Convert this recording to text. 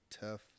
tough –